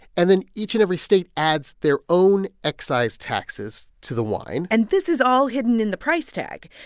and then each and every state adds their own excise taxes to the wine and this is all hidden in the price tag.